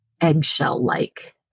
eggshell-like